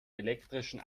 elektrischen